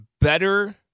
better